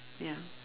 ya